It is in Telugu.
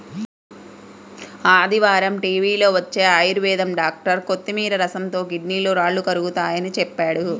ఆదివారం టీవీలో వచ్చే ఆయుర్వేదం డాక్టర్ కొత్తిమీర రసంతో కిడ్నీలో రాళ్లు కరుగతాయని చెప్పాడు